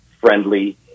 friendly